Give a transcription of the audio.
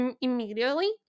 immediately